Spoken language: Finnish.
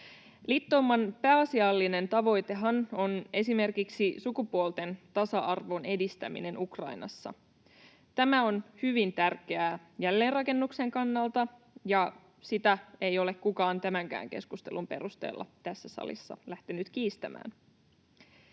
Liittouman pääasiallinen tavoitehan on esimerkiksi sukupuolten tasa-arvon edistäminen Ukrainassa. Tämä on hyvin tärkeää jälleenrakennuksen kannalta, ja sitä ei ole kukaan tämänkään keskustelun perusteella tässä salissa lähtenyt kiistämään.